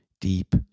deep